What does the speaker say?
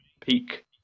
peak